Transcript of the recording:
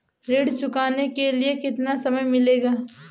ऋण चुकाने के लिए कितना समय मिलेगा?